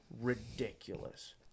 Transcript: ridiculous